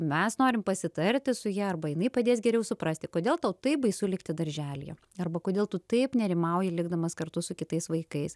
mes norim pasitarti su ja arba jinai padės geriau suprasti kodėl tau taip baisu likti darželyje arba kodėl tu taip nerimauji likdamas kartu su kitais vaikais